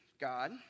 God